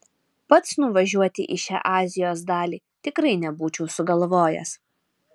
pats nuvažiuoti į šią azijos dalį tikrai nebūčiau sugalvojęs